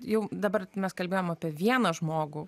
jau dabar mes kalbėjome apie vieną žmogų